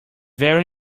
very